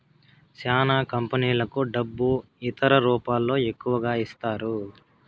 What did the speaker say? చానా కంపెనీలకు డబ్బు ఇతర రూపాల్లో ఎక్కువగా ఇస్తారు